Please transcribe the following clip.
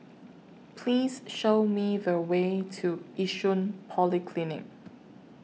Please Show Me The Way to Yishun Polyclinic